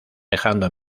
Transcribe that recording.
dejando